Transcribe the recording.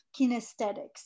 kinesthetics